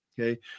okay